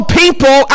people